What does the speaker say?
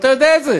אתה יודע את זה,